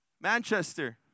Manchester